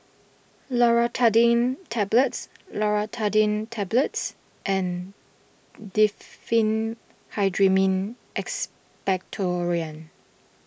Loratadine Tablets Loratadine Tablets and Diphenhydramine Expectorant